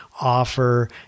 offer